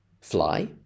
fly